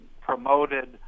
promoted